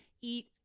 eat